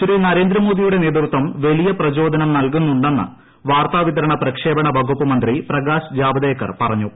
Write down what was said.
ശ്രീ നരേന്ദ്രമോദിയുടെ നേതൃത്വം വലിയ പ്രചോദനം നൽകുന്നുണ്ടെന്ന് വാർത്താവിതരണ പ്രക്ഷേപണ വകുപ്പ് മന്ത്രി പ്രകാശ് ജാവ്ദേക്കർ പറഞ്ഞു